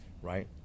right